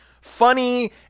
funny